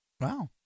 Wow